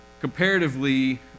Comparatively